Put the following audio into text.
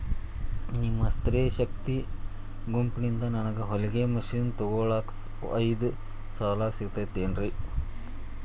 ನಿಮ್ಮ ಸ್ತ್ರೇ ಶಕ್ತಿ ಗುಂಪಿನಿಂದ ನನಗ ಹೊಲಗಿ ಮಷೇನ್ ತೊಗೋಳಾಕ್ ಐದು ಸಾಲ ಸಿಗತೈತೇನ್ರಿ?